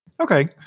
Okay